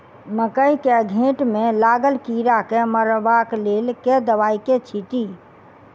मकई केँ घेँट मे लागल कीड़ा केँ मारबाक लेल केँ दवाई केँ छीटि?